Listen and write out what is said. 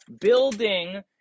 Building